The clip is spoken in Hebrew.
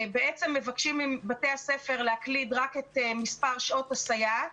בעצם מבקשים מבתי הספר להקליד רק את מספר שעות הסייעת